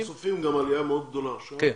אנחנו צופים גם עליה מאוד גדולה עכשיו.